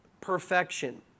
perfection